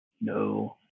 No